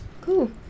Cool